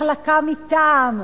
מחלקה מטעם,